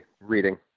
reading